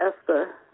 Esther